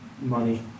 Money